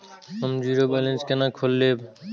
हम zero balance केना खोलैब?